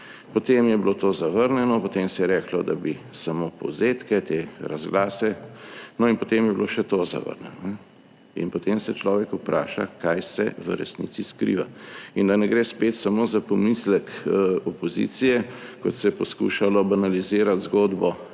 Potem je bilo to zavrnjeno, potem se je reklo, da bi samo povzetke, te razglase, no, in potem je bilo še to zavrnjeno. In potem se človek vpraša, kaj se v resnici skriva. In da ne gre spet samo za pomislek opozicije, kot se je poskušalo banalizirati zgodbo